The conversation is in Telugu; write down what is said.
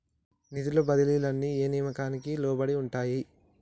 నిధుల బదిలీలు అన్ని ఏ నియామకానికి లోబడి ఉంటాయి?